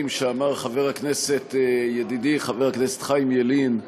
שאמר ידידי חבר הכנסת חיים ילין קודם,